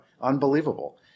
unbelievable